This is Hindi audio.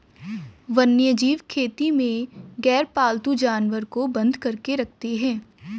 वन्यजीव खेती में गैरपालतू जानवर को बंद करके रखते हैं